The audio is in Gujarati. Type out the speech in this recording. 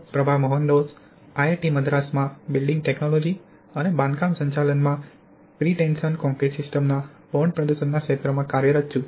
હું પ્રભા મોહનડોસ આઈઆઈટી મદ્રાસમાં બિલ્ડિંગ ટેક્નોલજી અને બાંધકામ સંચાલનમાં પ્રીટેશન કોંક્રિટ સિસ્ટમના બોન્ડ પ્રદર્શનના ક્ષેત્રમાં કાર્યરત છું